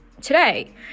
today